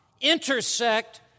intersect